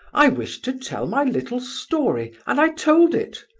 i wished to tell my little story, and i told it!